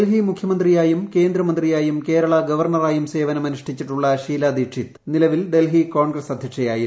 ഡൽഹി മുഖ്യമന്ത്രിയായും കേന്ദ്രമന്ത്രിയായും കേരള ഗവർണറായും സേവന മനുഷ്ഠിച്ചിട്ടുള്ള ഷീല ദീഷിത് നിലവിൽ ഡൽഹി കോൺഗ്രസ് അധ്യക്ഷയായിരുന്നു